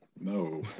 no